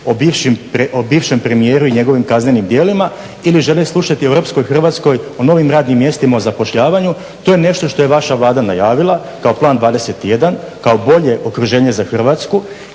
o bivšem premijeru i njegovim kaznenim djelima ili žele slušati o europskoj Hrvatskoj, o novim radnim mjestima, o zapošljavanju to je nešto što je vaša Vlada najavila kao Plan 21, kao bolje okruženje za Hrvatsku.